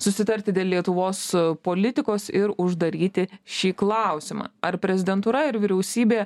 susitarti dėl lietuvos politikos ir uždaryti šį klausimą ar prezidentūra ir vyriausybė